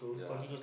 ya